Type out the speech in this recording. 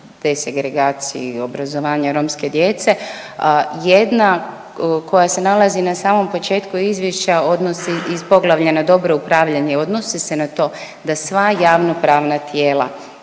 desegregaciji obrazovanja romske djece. Jedna koja se nalazi na samom početku izvješća odnosi iz poglavlja na dobro upravljanje odnosi se na to da sva javnopravna tijela